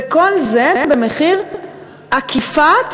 וכל זה במחיר עקיפת,